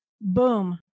Boom